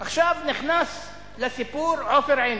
עכשיו נכנס לסיפור עופר עיני.